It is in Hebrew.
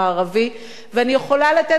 ואני יכולה לתת לך את כל המכתבים,